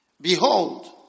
Behold